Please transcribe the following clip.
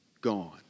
gone